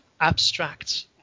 abstract